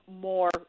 more